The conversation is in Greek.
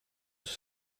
τους